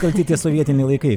kalti tie sovietiniai laikai